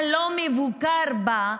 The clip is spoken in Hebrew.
הלא-מבוקר בה,